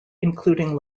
including